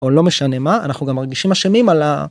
‫או לא משנה מה, ‫אנחנו גם מרגישים אשמים על ה...